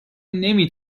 نمی